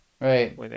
Right